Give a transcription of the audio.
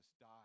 died